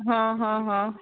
હં હં હં